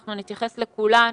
אנחנו נתייחס לכולן,